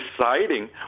deciding